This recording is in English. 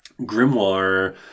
Grimoire